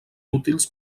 útils